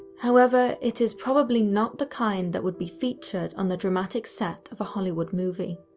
however, it is probably not the kind that would be featured on the dramatic set of a hollywood movie.